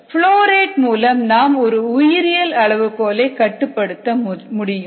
flow rate மூலம் நாம் ஒரு உயிரியல் அளவுகோலை கட்டுப்படுத்த முடியும்